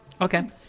Okay